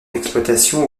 d’exploitation